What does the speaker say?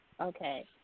Okay